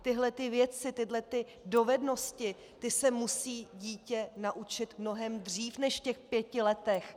Tyhlety věci, tyhlety dovednosti se musí dítě naučit mnohem dřív než v těch pěti letech.